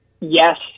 Yes